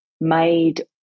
made